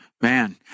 man